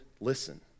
listen